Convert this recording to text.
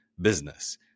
business